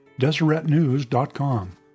DeseretNews.com